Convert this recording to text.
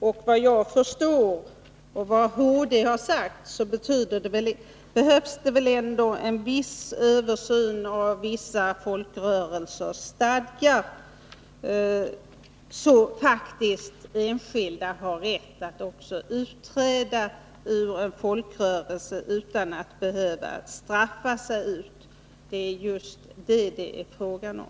Såvitt jag förstår och enligt vad HD har sagt behövs det en viss översyn av vissa folkrörelsers stadgar, så att enskilda faktiskt får rätt att utträda utan att behöva straffa sig ut — det är just vad det är fråga om.